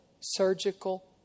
surgical